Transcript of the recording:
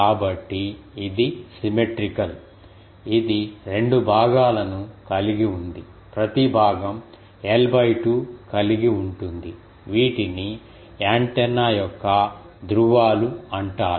కాబట్టి ఇది సిమెట్రీకల్ ఇది రెండు భాగాలను కలిగి ఉంది ప్రతి భాగం l 2 కలిగి ఉంటుంది వీటిని యాంటెన్నా యొక్క ధ్రువాలు అంటారు